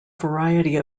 variety